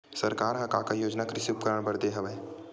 सरकार ह का का योजना कृषि उपकरण बर दे हवय?